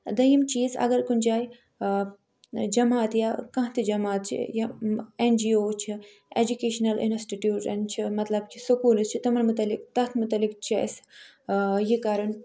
دٔیِم چیٖز اگر کُنہِ جاے جماعت یا کانٛہہ تہِ جماعت چھِ یا اٮ۪ن جی اووٕ چھِ اٮ۪جُکیٚشنل اِنسٹِٹوٗٹرن چھِ مطلب کہِ سُکوٗلٕس یُس چھُ تِمن متعلق تتھ متعلق چھِ اَسہِ یہِ کَرُن